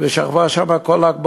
ושכבה שם כל ל"ג בעומר,